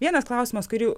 vienas klausimas kurių